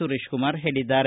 ಸುರೇಶಕುಮಾರ್ ಹೇಳಿದ್ದಾರೆ